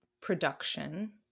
production